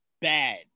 bad